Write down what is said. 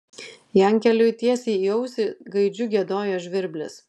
jankeliui tiesiai į ausį gaidžiu giedojo žvirblis